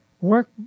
work